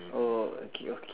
oh okay okay